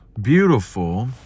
beautiful